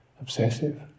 obsessive